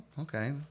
Okay